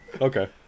okay